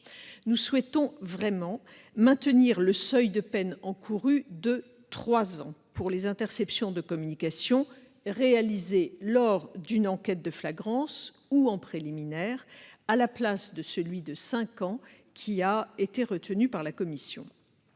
il convient de maintenir le seuil de peine encourue de trois ans pour les interceptions de communication réalisées lors d'une enquête de flagrance ou préliminaire, à la place de celui de cinq ans retenu par la commission.